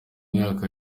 mwaka